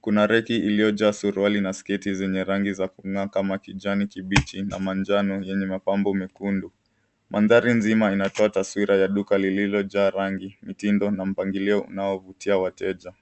kuna reki iliyojaa suruali na sketi zenye rangi za kungaa kama kijani kibichi na manjano yenye mapambo mekundu. Mandhari nzima inatoa taswira ya duka lililojaa rangi, mtindo na mpangilio unaovutia wateja.